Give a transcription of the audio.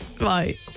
Right